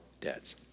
debts